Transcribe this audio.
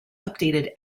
updated